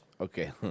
okay